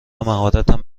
مهارتم